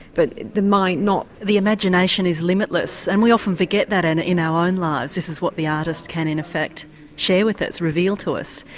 but the mind not. the imagination is limitless and we often forget that and in our own lives, this is what the artist can in effect share with us, reveal to us.